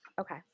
Okay